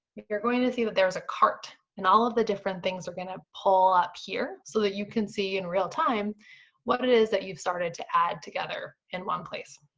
you're going to see that there's a cart and all of the different things are gonna pull up here so that you can see in real time what it is that you've started to add together in one place.